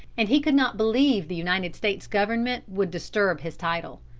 and he could not believe the united states government would disturb his title.